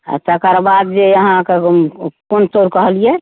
आ तकरबाद जे अहाँकेँ कोन चाउर कहलियै